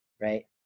right